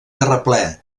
terraplè